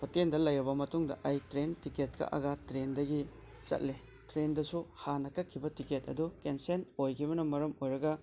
ꯍꯣꯇꯦꯜꯗ ꯂꯩꯔꯕ ꯃꯇꯨꯡꯗ ꯑꯩ ꯇ꯭ꯔꯦꯟ ꯇꯤꯛꯀꯦꯠ ꯀꯛꯑꯒ ꯇ꯭ꯔꯦꯟꯗꯒꯤ ꯆꯠꯂꯤ ꯇ꯭ꯔꯦꯟꯗꯨꯁꯨ ꯍꯥꯟꯅ ꯀꯛꯈꯤꯕ ꯇꯤꯛꯀꯦꯠ ꯑꯗꯨ ꯀꯦꯟꯁꯦꯟ ꯑꯣꯏꯈꯤꯕꯅ ꯃꯔꯝ ꯑꯣꯏꯔꯒ